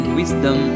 wisdom